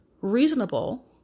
reasonable